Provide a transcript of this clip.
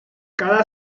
cada